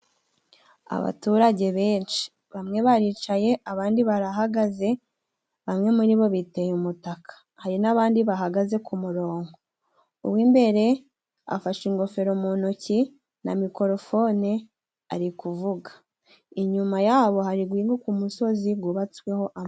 Abaturage benshi bamwe baricaye abandi barahagaze, bamwe muri biteye umutaka hari n'abandi bahagaze ku murongo, uwo imbere afashe ingofero mu ntoki na mikorofone ari kuvuga. Inyuma yabo hari guhinguka umusozi gubatsweho amazu.